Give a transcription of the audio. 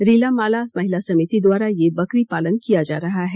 रीला माला महिला समिति द्वारा यह बकरी पालन किया जा रहा है